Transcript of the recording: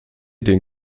den